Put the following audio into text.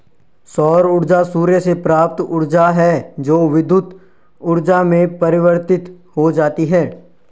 सौर ऊर्जा सूर्य से प्राप्त ऊर्जा है जो विद्युत ऊर्जा में परिवर्तित हो जाती है